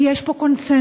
כי יש פה קונסנזוס,